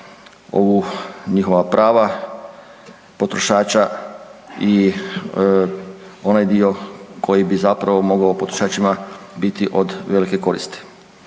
za njihova prava potrošača i onaj dio koji bi zapravo mogao potrošačima biti od velike koristi.